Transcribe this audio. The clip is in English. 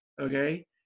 okay